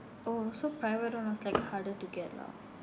oh so private [one] was like harder to get lah